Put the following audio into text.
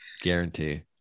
Guarantee